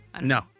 No